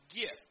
gift